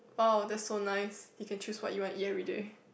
oh that's so nice you can choose what you want to eat everyday